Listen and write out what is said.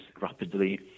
rapidly